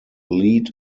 lead